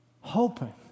Hoping